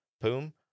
Boom